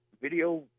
video